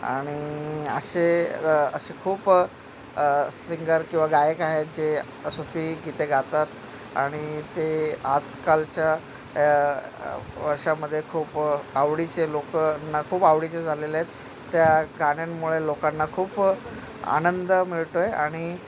आणि असे असे खूप सिंगर किंवा गायक आहेत जे सुफी गीते गातात आणि ते आजकालच्या या वर्षामध्ये खूप आवडीचे लोकांना खूप आवडीचे झालेले आहेत त्या गाण्यांमुळे लोकांना खूप आनंद मिळतो आहे आणि